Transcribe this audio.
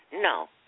No